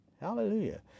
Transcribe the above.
Hallelujah